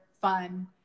fun